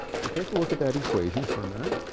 so take a look at that equation for a minute,